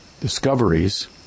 discoveries